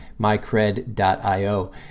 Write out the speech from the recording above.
mycred.io